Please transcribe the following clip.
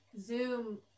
zoom